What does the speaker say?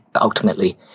ultimately